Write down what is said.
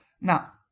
now